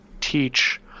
teach